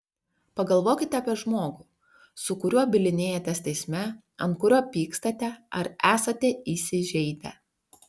pagalvokite apie žmogų su kuriuo bylinėjatės teisme ant kurio pykstate ar esate įsižeidę